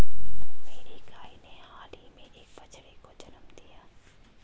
मेरी गाय ने हाल ही में एक बछड़े को जन्म दिया